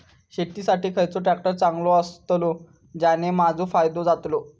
शेती साठी खयचो ट्रॅक्टर चांगलो अस्तलो ज्याने माजो फायदो जातलो?